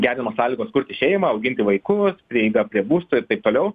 gerinamos sąlygos kurti šeimą auginti vaikus prieiga prie būstų ir taip toliau